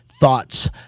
Thoughts